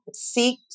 seek